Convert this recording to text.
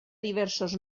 diversos